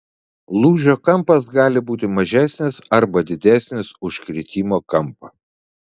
lūžio kampas gali būti mažesnis arba didesnis už kritimo kampą